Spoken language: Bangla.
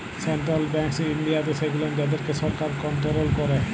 সেন্টারাল ব্যাংকস ইনডিয়াতে সেগুলান যাদেরকে সরকার কনটোরোল ক্যারে